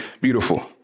beautiful